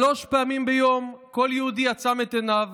שלוש פעמים ביום כל יהודי עצם את עיניו